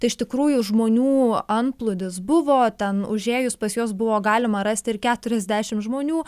tai iš tikrųjų žmonių antplūdis buvo ten užėjus pas juos buvo galima rasti ir keturiasdešim žmonių